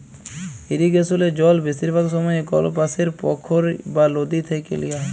ইরিগেসলে জল বেশিরভাগ সময়ই কল পাশের পখ্ইর বা লদী থ্যাইকে লিয়া হ্যয়